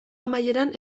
amaieran